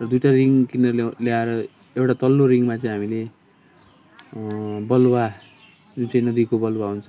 र दुइटा रिङ किनेर ल्याउँ ल्याएर एउटा तल्लो रिङमा चाहिँ हामीले बलुवा जुन चाहिँ नदीको बलुवा हुन्छ